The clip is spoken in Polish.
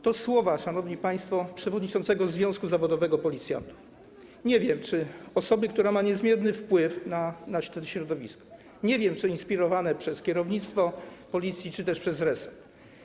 To słowa, szanowni państwo, przewodniczącego związku zawodowego policjantów, nie wiem, czy osoby, która ma niezmierny wpływ na środowisko, nie wiem, czy inspirowane przez kierownictwo Policji, czy też przez resort.